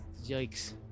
Yikes